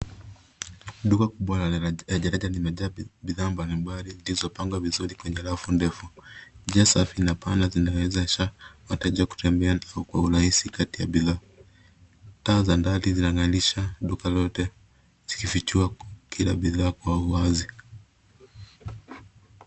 Duka kubwa la rejareja limejaa bidhaa mbalimbali zilizopangwa vizuri kwenye rafu ndefu. Njia safi na pana zinawezesha wateja kutembea kwa urahisi kati ya bidhaa. Taa za ndani zinang'arisha duka lote zikifichua kila bidhaa kwa wazi.